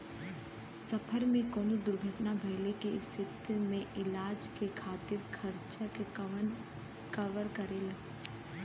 सफर में कउनो दुर्घटना भइले के स्थिति में इलाज के खातिर खर्चा के कवर करेला